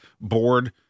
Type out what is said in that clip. board